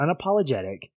unapologetic